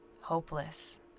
hopeless